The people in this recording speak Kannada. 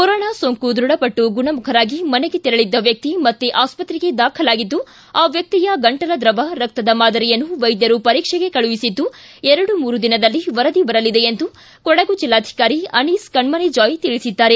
ಕೊರೊನಾ ಸೋಂಕು ಧೃಢಪಟ್ಟು ಗುಣಮುಖರಾಗಿ ಮನೆಗೆ ತೆರಳಿದ್ದ ವ್ಯಕ್ತಿ ಮತ್ತೆ ಆಸ್ತತೆಗೆ ದಾಖಲಾಗಿದ್ದು ಆ ವ್ಯಕ್ತಿಯ ಗಂಟಲ ದ್ರವ ರಕ್ತದ ಮಾದರಿಯನ್ನು ವೈದ್ಯರು ಪರೀಕ್ಷೆಗೆ ಕಳುಹಿಸಿದ್ದು ಎರಡು ಮೂರು ದಿನದಲ್ಲಿ ವರದಿ ಬರಲಿದೆ ಎಂದು ಕೊಡಗು ಜಿಲ್ಲಾಧಿಕಾರಿ ಅನೀಸ್ ಕಣ್ಮಣಿ ಜಾಯ್ ತಿಳಿಸಿದ್ದಾರೆ